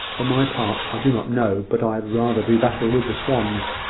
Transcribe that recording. for my part, i do not know but i had rather do battle with the swans.